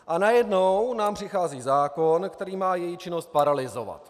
A najednou nám přichází zákon, který má její činnost paralyzovat.